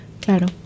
Claro